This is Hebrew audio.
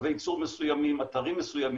קוויי ייצור מסוימים, אתרים מסוימים,